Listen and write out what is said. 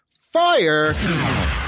fire